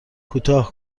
کوتاه